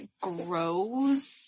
grows